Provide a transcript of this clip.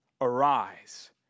Arise